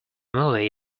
movie